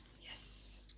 yes